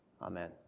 Amen